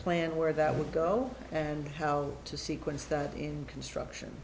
plan where that would go and how to sequence that in construction